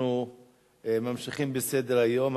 אנחנו ממשיכים בסדר-היום.